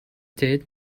did